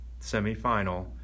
semifinal